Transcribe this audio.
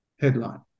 headline